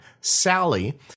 Sally